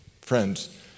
Friends